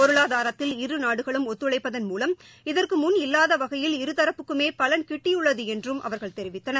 பொருளாதாரத்தில் இரு நாடுகளும் ஒத்துழைப்பதள் மூலம் இதற்கு முன் இல்லாத வகையில் இருதரப்புக்குமே பலன் கிட்டியுள்ளது என்றும் அவர்கள் தெரிவித்தனர்